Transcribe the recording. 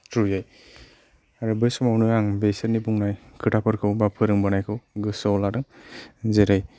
थ्रुयै आरो बै समावनो आं बिसोरनि बुंनाय खोथाफोरखौ बा फोरोंबोनायखौ गोसोआव लादों जेरै